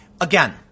Again